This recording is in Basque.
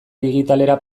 digitalera